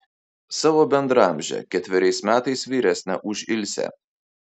savo bendraamžę ketveriais metais vyresnę už ilsę